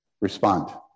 respond